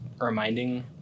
reminding